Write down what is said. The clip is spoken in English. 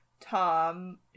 Tom